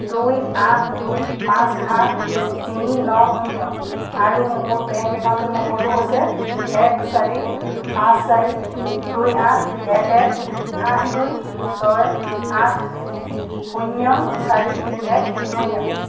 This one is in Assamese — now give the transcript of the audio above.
দুই আঠ দুই পাঁচ সাত তিনি ন শূন্য আৰু মোৰ বেংক একাউণ্টৰ নম্বৰটো হৈছে এক চাৰি পাঁচ চাৰি দুই আঠ এক এক আঠ দুই ছয় আঠ শূন্য চাৰি এক শূন্য